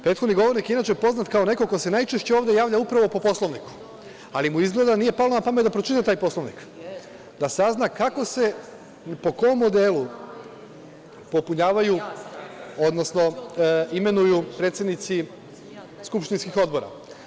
Prethodni govornik inače je poznat kao neko ko se najčešće ovde javlja upravo po Poslovniku, ali mu izgleda nije palo na pamet da pročita taj Poslovnik, da sazna kako se i po kom modelu popunjavaju, odnosno imenuju predsednici skupštinskih odbora.